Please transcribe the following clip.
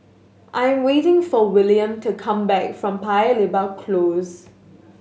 I'm waiting for William to come back from Paya Lebar Close